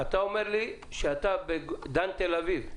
אתה אומר לי שאתה בדן תל אביב.